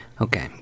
Okay